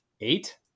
eight